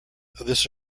this